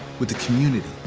with the community,